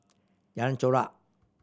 Jalan Chorak